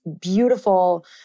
beautiful